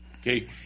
Okay